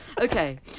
Okay